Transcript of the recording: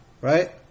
Right